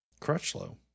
Crutchlow